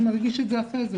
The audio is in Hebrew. נרגיש את זה אחרי זה,